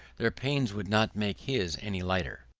their pains would not make his any lighter.